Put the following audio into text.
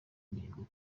mihigo